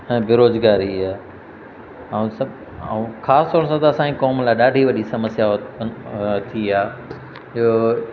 ऐं बेरोज़गारी आहे ऐं स ऐं ख़ासि तोरि सां त असांजी क़ौम लाइ ॾाढी वॾी समस्या उत्पन्न थी आहे इहो